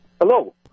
Hello